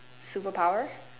superpower